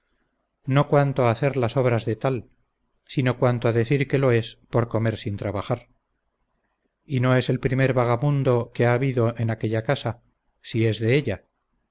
no cuanto a hacer las obras de tal sino cuanto a decir que lo es por comer sin trabajar y no es el primer vagamundo que ha habido en aquella casa si es de ella